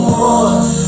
more